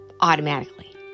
automatically